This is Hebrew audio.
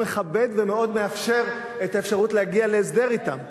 מכבד ומאוד מאפשר את האפשרות להגיע להסדר אתם.